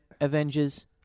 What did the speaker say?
Avengers